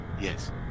Yes